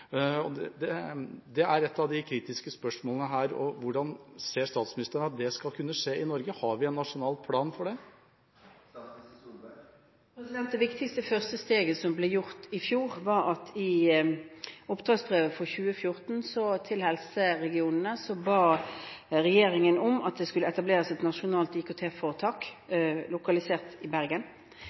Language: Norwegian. Det er et av de kritiske spørsmålene her. Hvordan ser statsministeren at det skal kunne skje i Norge? Har vi en nasjonal plan for det? Det viktigste første steget som ble gjort i fjor, var at i oppdragsbrevet for 2014 til helseregionene ba regjeringen om at det skulle etableres et nasjonalt IKT-foretak, lokalisert i Bergen,